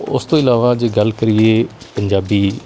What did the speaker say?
ਉਸ ਤੋਂ ਇਲਾਵਾ ਜੇ ਗੱਲ ਕਰੀਏ ਪੰਜਾਬੀ